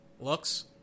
Looks